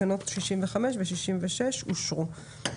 תקנות 65 ו-66 אושרו פה אחד.